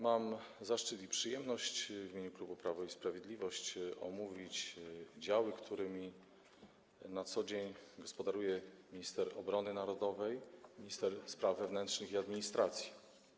Mam zaszczyt i przyjemność w imieniu klubu Prawo i Sprawiedliwość omówić działy, którymi na co dzień gospodaruje minister obrony narodowej i minister spraw wewnętrznych i administracji.